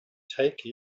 take